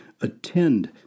Attend